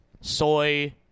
soy